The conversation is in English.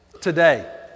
Today